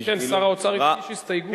כן, שר האוצר הגיש הסתייגות.